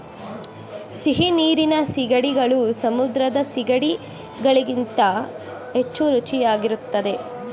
ಸಿಹಿನೀರಿನ ಸೀಗಡಿಗಳು ಸಮುದ್ರದ ಸಿಗಡಿ ಗಳಿಗಿಂತ ಹೆಚ್ಚು ರುಚಿಯಾಗಿರುತ್ತದೆ